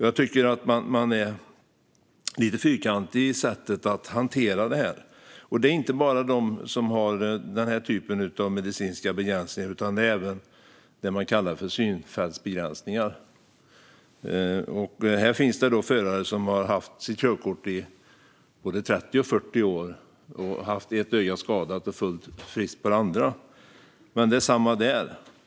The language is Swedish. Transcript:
Jag tycker att man är lite fyrkantig i sättet att hantera detta. Det gäller inte bara dem som har denna typ av medicinsk begränsning, utan det gäller även dem med så kallade synfältsbegränsningar. Det finns förare med ett skadat öga och ett fullt friskt öga som har haft sitt körkort i 30-40 år. Det är samma sak där.